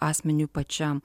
asmeniui pačiam